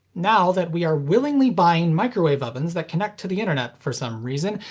now that we are willingly buying microwave ovens that connect to the internet for some reason,